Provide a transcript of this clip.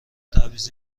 تبعیض